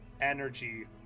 energy